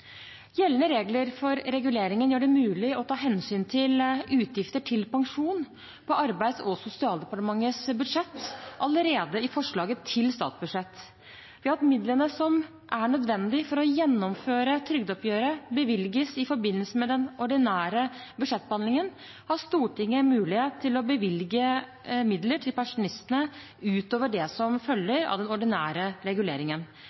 Gjeldende regler for reguleringen gjør det mulig å ta hensyn til utgifter til pensjon på Arbeids- og sosialdepartementets budsjett allerede i forslaget til statsbudsjett. Ved at midlene som er nødvendig for å gjennomføre trygdeoppgjøret, bevilges i forbindelse med den ordinære budsjettbehandlingen, har Stortinget mulighet til å bevilge midler til pensjonister utover det som følger av den ordinære reguleringen.